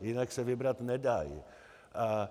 Jinak se vybrat nedají.